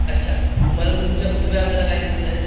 अच्छा तुम्हाला तुमच्या उजव्या हाताला काय दिसतं आहे